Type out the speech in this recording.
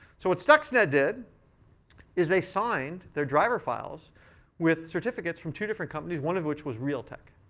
so what stuxnet did is they signed their driver files with certificates from two different companies, one of which was realtek.